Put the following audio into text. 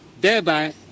thereby